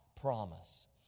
promise